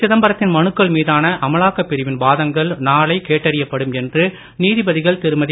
சிதம்பரத்தின் மனுக்கள் மீதான அமலாக்கப் பிரிவின் வாதங்கள் நாளை கேட்டறியப்படும் என்று நீதிபதிகள் திருமதி